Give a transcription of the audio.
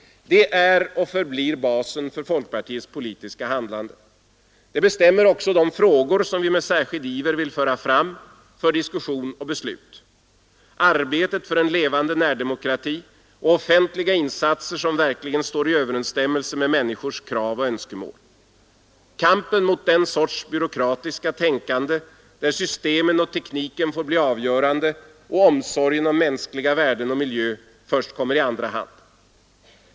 Detta är och förblir basen för folkpartiets politiska handlande. Det bestämmer också de frågor som vi med särskild iver vill föra fram för diskussion och beslut: arbetet för en levande närdemokrati och offentliga insatser som verkligen står i överensstämmelse med människors krav och önskemål. Kampen mot den sorts byråkratiskt tänkande där systemen och tekniken får bli avgörande och omsorgen om mänskliga värden och miljö bara kommer i andra hand.